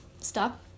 stop